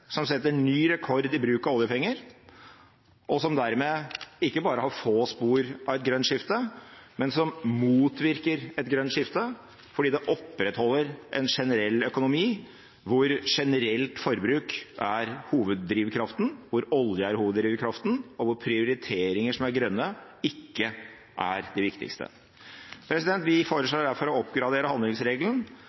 som setter ny rekord i bruk av oljepenger, og som dermed ikke bare har få spor av et grønt skifte, men som motvirker et grønt skifte, fordi det opprettholder en generell økonomi hvor generelt forbruk er hoveddrivkraften, hvor olje er hoveddrivkraften, og hvor prioriteringer som er grønne, ikke er det viktigste. Vi foreslår derfor å oppgradere handlingsregelen